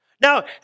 Now